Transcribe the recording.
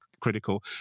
critical